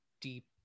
deep